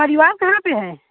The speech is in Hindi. परिवार कहाँ पर है